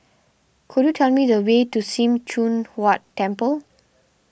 could you tell me the way to Sim Choon Huat Temple